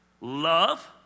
Love